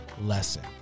lesson